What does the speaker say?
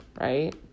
Right